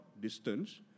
distance